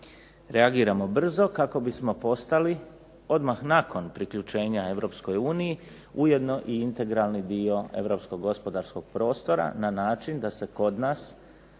reagiramo brzo, kako bismo postali odmah nakon priključenja EU ujedno i integralni dio europskog gospodarskog prostora na način da se kod nas